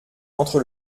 entre